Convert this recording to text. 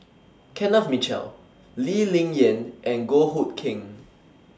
Kenneth Mitchell Lee Ling Yen and Goh Hood Keng